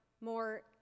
more